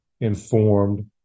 informed